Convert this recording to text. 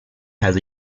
has